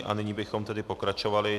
A nyní bychom tedy pokračovali.